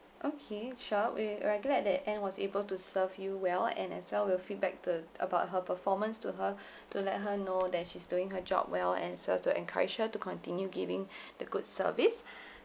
okay sure we are glad that anne was able to serve you well and as well we'll feedback to about her performance to her to let her know that she's doing her job well and so as to encourage her to continue giving the good service